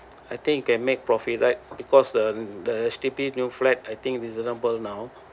I think you can make profit right because the the H_D_B new flat I think reasonable now